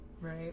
Right